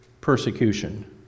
persecution